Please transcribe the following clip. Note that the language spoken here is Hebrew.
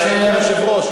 לדבר, אדוני היושב-ראש.